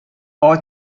all